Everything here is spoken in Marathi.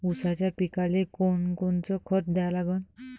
ऊसाच्या पिकाले कोनकोनचं खत द्या लागन?